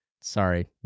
Sorry